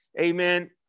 amen